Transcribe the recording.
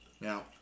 Now